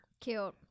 Cute